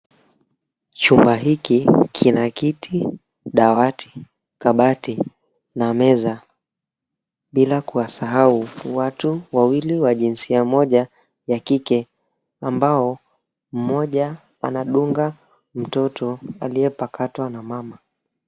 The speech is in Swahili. Chumba hiki kina kiti, dawati na meza bila kuwasahau watu wawili wa jinsia moja wa kike ambao mmoja anadunga mtoto mmoja aliyepakatwa na mama.